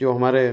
जो हमारे